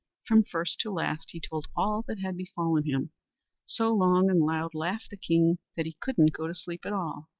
from first to last he told all that had befallen him so long and loud laughed the king that he couldn't go to sleep at all.